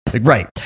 Right